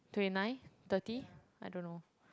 twenty nine thirty I don't know